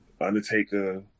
Undertaker